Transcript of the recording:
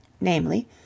namely